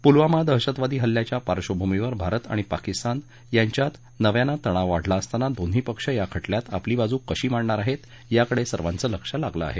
पुलवामा दहशतवादी हल्ल्याच्या पार्श्वभूमीवर भारत आणि पाकिस्तान यांच्यात नव्यानं तणाव वाढला असताना दोन्ही पक्ष या खटल्यात आपली बाजू कशी मांडणार आहेत याकडे सर्वांचं लक्ष लागलं आहे